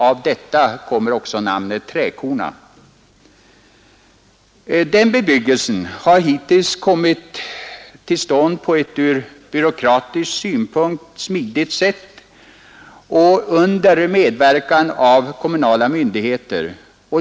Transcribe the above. Av detta kommer också namnet träkorna. Denna bebyggelse har kommit till på ett från byråkratisk synpunkt smidigt sätt och under medverkan av kommunala myndigheter.